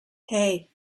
hey